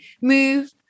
move